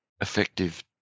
effective